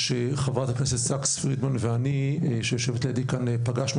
חברת הכנסת פרידמן שיושבת כאן ואני פגשנו